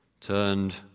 turned